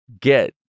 get